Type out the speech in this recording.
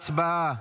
הצבעה.